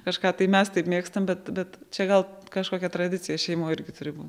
kažką tai mes taip mėgstam bet bet čia gal kažkokia tradicija šeimoj irgi turi būt